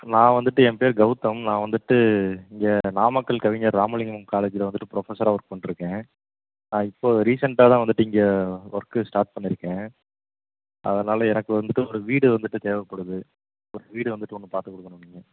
நான் வந்துட்டு என் பேர் கெளதம் நான் வந்துட்டு இங்கே நாமக்கல் கவிஞர் ராமலிங்கம் காலேஜில் வந்துட்டு ப்ரொஃபஸராக ஒர்க் பண்ணிட்ருக்கேன் ஆ இப்போது ரீசண்ட்டாக தான் வந்துட்டு இங்கே ஒர்க்கு ஸ்டார்ட் பண்ணியிருக்கேன் அதனால் எனக்கு வந்துட்டு ஒரு வீடு வந்துட்டு தேவைப்படுது ஒரு வீடு வந்துட்டு ஒன்று பார்த்துக் கொடுக்கணும் நீங்கள்